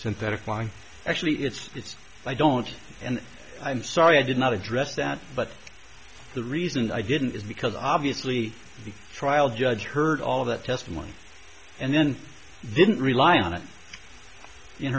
synthetic line actually it's i don't and i'm sorry i did not address that but the reason i didn't is because obviously the trial judge heard all that testimony and then didn't rely on it in